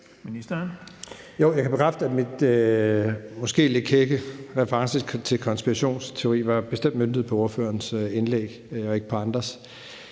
jeg kan bekræfte, at min måske lidt kække reference til en konspirationsteori bestemt var møntet på ordførerens indlæg og ikke på andres.